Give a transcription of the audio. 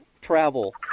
travel